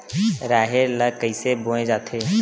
राहेर ल कइसे बोय जाथे?